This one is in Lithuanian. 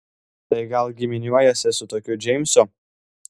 tai gal giminiuojiesi su tokiu džeimsu